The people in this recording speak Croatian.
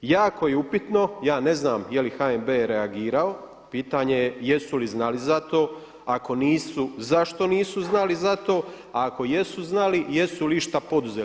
Jako je upitno, ja ne znam je li HNB reagirao, pitanje je jesu li znali za to, ako nisu zašto nisu znali za to, a ako jesu znali jesu li išta poduzeli?